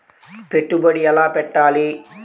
పెట్టుబడి ఎలా పెట్టాలి?